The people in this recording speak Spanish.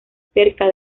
cerca